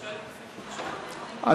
את,